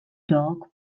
dog